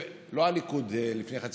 לא הליכוד,